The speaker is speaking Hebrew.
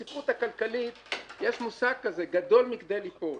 בספרות הכלכלית יש מושג כזה: גדול מכדי ליפול.